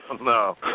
no